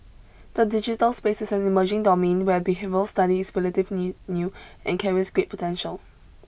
the digital space is an emerging domain where behavioural study is relatively new and carries great potential